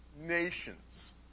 nations